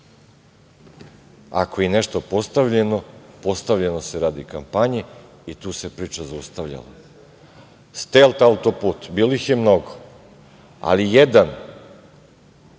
Ako je nešto i postavljeno, postavljeno se radi u kampanji i tu se priča zaustavljala. Stelt autoput. Bilo ih je mnogo, ali jedan